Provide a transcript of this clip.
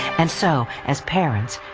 and, so, as parents,